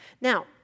Now